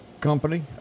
company